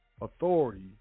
authority